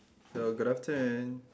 so good afternoon